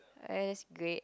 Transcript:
that's great